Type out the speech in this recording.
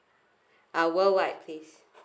ah worldwide please